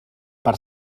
per